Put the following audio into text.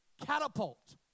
catapult